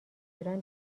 ایران